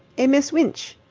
a miss winch.